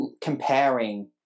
comparing